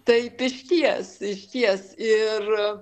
taip išties išties ir